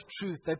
truth